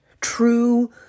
true